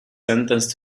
sentenced